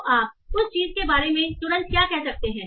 तो आप उस चीज़ के बारे में तुरंत क्या कह सकते हैं